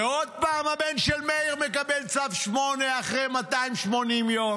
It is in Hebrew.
ועוד פעם הבן של מאיר מקבל צו 8 אחרי 280 יום.